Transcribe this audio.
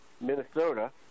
Minnesota